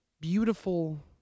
beautiful